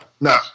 no